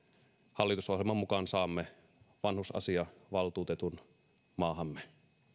hallitusohjelman mukaan saamme vanhusasiavaltuutetun maahamme